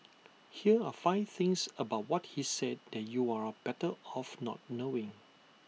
here are five things about what he said that you're better off not knowing